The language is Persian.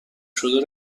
شده